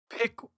pick